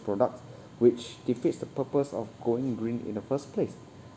products which defeats the purpose of going green in the first place